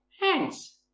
Hands